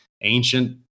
ancient